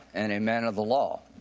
and a man of the law.